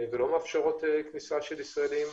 ולא מאפשרות כניסה של ישראלים.